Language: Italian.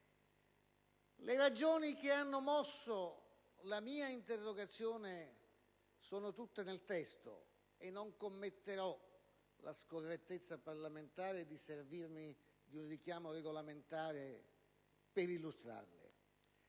Le ragioni che hanno mosso la mia interrogazione sono contenute nel testo, e non commetterò la scorrettezza parlamentare di servirmi di un richiamo regolamentare per illustrarle.